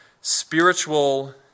spiritual